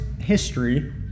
history